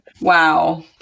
wow